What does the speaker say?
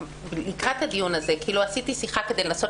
לקראת הדיון הזה קיימתי שיחה כדי לנסות